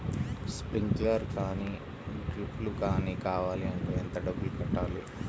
Sprinkler కానీ డ్రిప్లు కాని కావాలి అంటే ఎంత డబ్బులు కట్టాలి?